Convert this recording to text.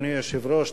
אדוני היושב-ראש,